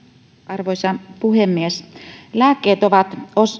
arvoisa puhemies lääkkeet ovat